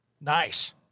nice